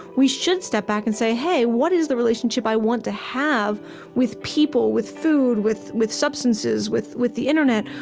we should step back and say, hey, what is the relationship i want to have with people, with food, with with substances, with with the internet,